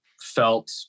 felt